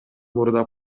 мурда